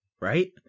right